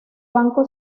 banco